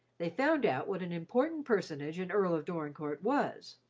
they found out what an important personage an earl of dorincourt was,